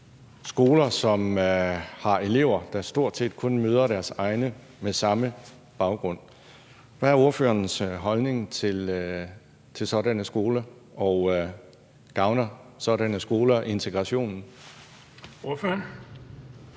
skoler, som har elever, der stort set kun møder deres egne med samme baggrund? Hvad er ordførerens holdning til sådanne skoler? Gavner sådanne skoler integrationen? Kl.